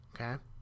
Okay